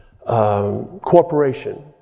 corporation